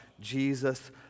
Jesus